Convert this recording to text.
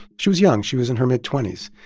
she was young. she was in her mid twenty s.